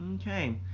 Okay